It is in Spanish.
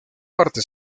parte